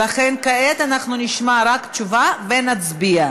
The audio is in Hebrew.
ולכן כעת אנחנו נשמע רק תשובה ונצביע.